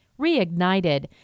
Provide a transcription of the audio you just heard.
reignited